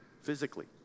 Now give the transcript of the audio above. physically